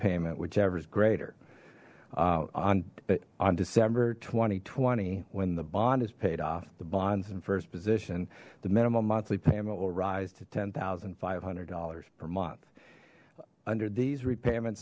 payment whichever is greater on it on december two thousand and twenty when the bond is paid off the bonds in first position the minimum monthly payment will rise to ten thousand five hundred dollars per month under these repayment